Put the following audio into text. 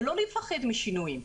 ולא לפחד משינויים.